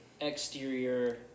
exterior